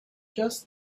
just